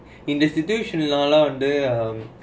in institution lah the um